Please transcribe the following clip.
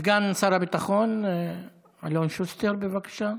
סגן שר הביטחון אלון שוסטר, בבקשה.